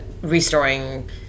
restoring